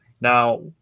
Now